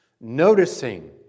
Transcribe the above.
Noticing